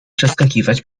przeskakiwać